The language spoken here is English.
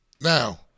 Now